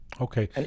okay